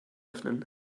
öffnen